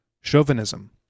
chauvinism